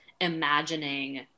imagining